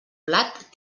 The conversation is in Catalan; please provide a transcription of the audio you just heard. plat